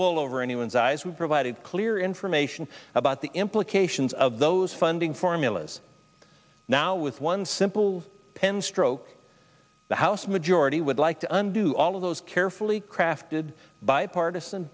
wool over anyone's eyes we provided clear information about the implications of those funding formulas now with one simple pen stroke the house majority would like to undo all of those carefully crafted